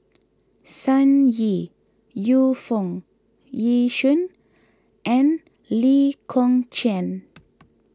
Sun Yee Yu Foo Yee Shoon and Lee Kong Chian